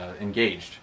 engaged